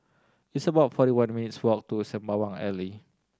it's about forty one minutes' walk to Sembawang Alley